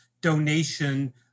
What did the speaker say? donation